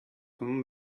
them